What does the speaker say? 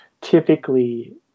typically